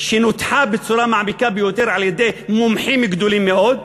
שנותחה בצורה מעמיקה ביותר על-ידי מומחים גדולים מאוד,